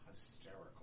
hysterical